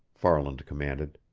farland commanded.